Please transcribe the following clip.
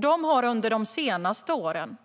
De har under de senaste åren